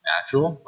Natural